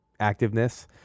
activeness